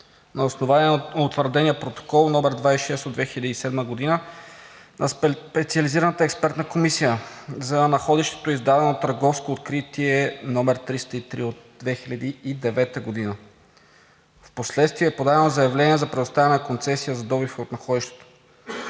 на основание на утвърдения Протокол № 26 от 2007 г. на Специализираната експертна комисия. За находището е издадено Търговско открие № 303 от 2009 г. В последствие е подадено заявление за предоставяне на концесия за добив от находището.